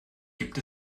gibt